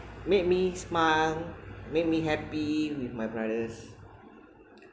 make me smile make me happy with my brothers